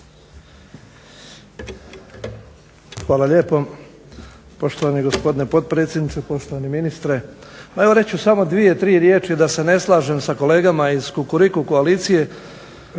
Hvala lijepo poštovani gospodine potpredsjedniče, poštovani ministre. Pa evo reći ću samo dvije tri riječi da se ne slažem sa kolegama iz Kukuriku koalicije.